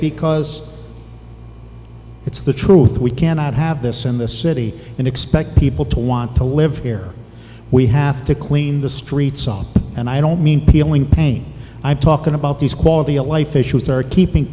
because it's the truth we cannot have this in this city and expect people to want to live here we have to clean the streets off and i don't mean peeling paint i'm talking about these quality of life issues that are keeping